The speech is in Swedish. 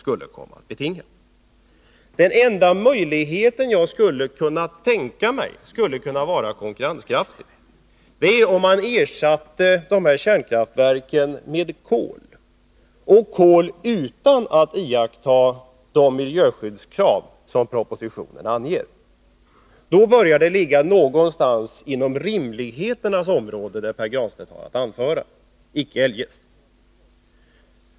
Den enda konkurrenskraftiga möjlighet som jag skulle kunna tänka mig är att man ersatte dessa kärnkraftverk med kolkraftverk, utan iakttagande av de miljöskyddskrav som anges i propositionen. Då börjar det som Pär Granstedt anför ligga någonstans inom rimligheternas område, icke eljest.